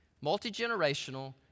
Multi-generational